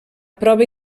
prova